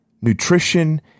nutrition